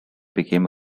became